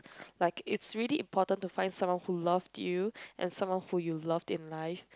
like is really important to find someone who love you and someone who you love in life